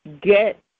get